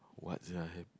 what sia